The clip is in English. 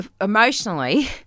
emotionally